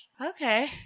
okay